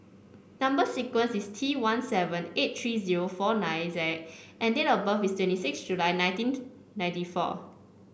number sequence is T one seven eight three zero four nine Z and date of birth is twenty six July nineteen ninety four